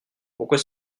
pourquoi